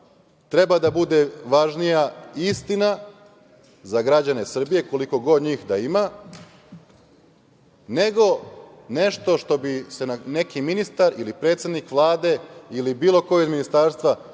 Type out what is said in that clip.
treba da bude važnija istina za građane Srbije, koliko god njih da ima, nego nešto čime bi se neki ministar ili predsednik Vlade ili bilo ko iz ministarstva